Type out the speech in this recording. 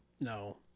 no